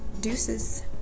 Deuces